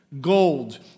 Gold